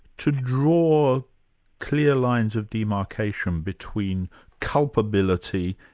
to draw clear lines of demarcation between culpability,